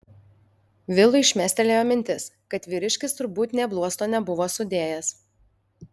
vilui šmėkštelėjo mintis kad vyriškis turbūt nė bluosto nebuvo sudėjęs